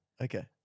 Okay